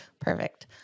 Perfect